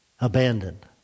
abandoned